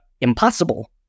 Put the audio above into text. impossible